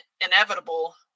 inevitable